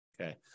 okay